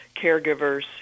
caregivers